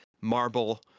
marble